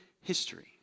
history